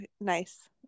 nice